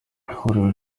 ihuriro